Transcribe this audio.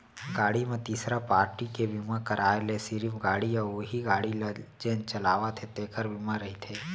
गाड़ी म तीसरा पारटी के बीमा कराय ले सिरिफ गाड़ी अउ उहीं गाड़ी ल जेन चलावत हे तेखर बीमा रहिथे